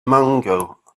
mango